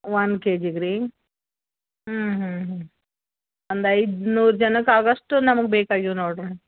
one K ಜಿಗೆ ರೀ ಹ್ಞೂ ಹ್ಞೂ ಹ್ಞೂ ಒಂದು ಐನೂರು ಜನಕ್ಕೆ ಆಗೋಷ್ಟ್ ನಮ್ಗೆ ಬೇಕಾಗಿವೆ ನೋಡಿ ರೀ